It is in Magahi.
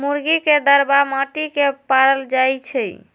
मुर्गी के दरबा माटि के पारल जाइ छइ